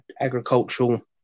agricultural